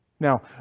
Now